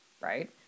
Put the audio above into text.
right